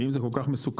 ואם זה כל כך מסוכן,